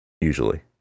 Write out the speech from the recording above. usually